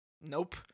Nope